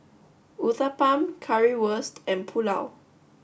Uthapam Currywurst and Pulao